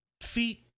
feet